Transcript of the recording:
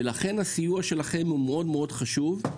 לכן הסיוע שלהם מאוד חשוב,